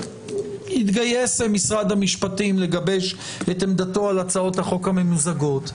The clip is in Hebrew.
יתגייס משרד המשפטים לגבש את עמדתו על הצעות החוק הממוזגות,